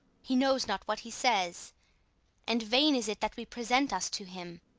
he knows not what he says and vain is it that we present us to him.